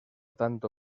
tanto